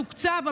מתוקצב,